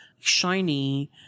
shiny